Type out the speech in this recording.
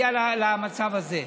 כשהחוק הזה עבר,